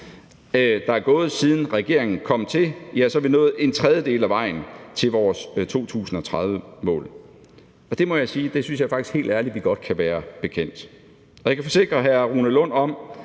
der er gået, siden regeringen kom til, er nået en tredjedel af vejen til vores 2030-mål. Det må jeg sige at jeg faktisk helt ærligt synes at vi godt kan være bekendt. Jeg kan forsikre hr. Rune Lund om,